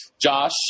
Josh